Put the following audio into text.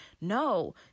No